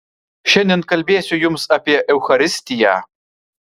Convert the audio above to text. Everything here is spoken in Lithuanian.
šiandien kalbėsiu jums apie eucharistiją